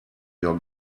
your